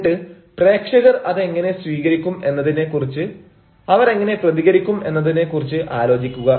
എന്നിട്ട് പ്രേക്ഷകർ അതെങ്ങനെ സ്വീകരിക്കും എന്നതിനെക്കുറിച്ച് അവർ എങ്ങനെ പ്രതികരിക്കും എന്നതിനെ കുറിച്ച് ആലോചിക്കുക